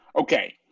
Okay